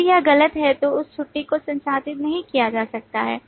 यदि यह गलत है तो उस छुट्टी को संसाधित नहीं किया जा सकता है